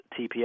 TPS